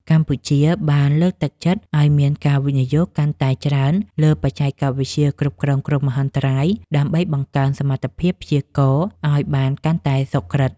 កម្ពុជាបានលើកទឹកចិត្តឱ្យមានការវិនិយោគកាន់តែច្រើនលើបច្ចេកវិទ្យាគ្រប់គ្រងគ្រោះមហន្តរាយ ដើម្បីបង្កើនសមត្ថភាពព្យាករណ៍ឱ្យបានកាន់តែសុក្រឹត។